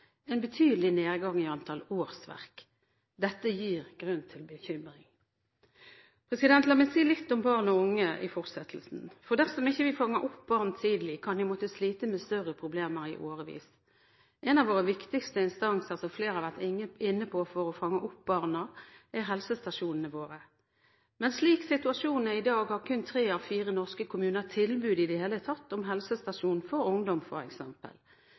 en betydelig nedgang i antall årsverk. Dette gir grunn til bekymring. La meg si litt om barn og unge i fortsettelsen, for dersom vi ikke fanger opp barn tidlig, kan de måtte slite med større problemer i årevis. En av våre viktigste instanser, som flere har vært inne på, for å fange opp barna, er helsestasjonene våre. Men slik situasjonen er i dag, har kun tre av fire norske kommuner tilbud i det hele tatt om helsestasjon for ungdom